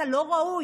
אתה לא ראוי,